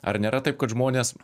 ar nėra taip kad žmonės